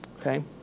okay